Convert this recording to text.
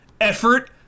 effort